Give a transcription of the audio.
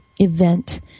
event